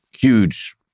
huge